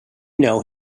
know